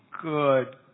good